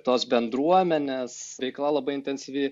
tos bendruomenės veikla labai intensyvi